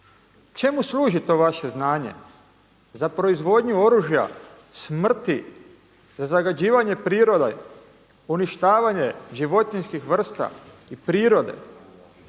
Čemu služi to vaše znanje? Za proizvodnju oružja, smrti, zagađivanje prirode, uništavanje životinjskih vrsta i prirode?